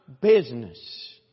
business